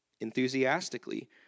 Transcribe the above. enthusiastically